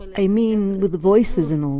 i mean with the voices and all.